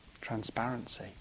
transparency